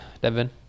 Devin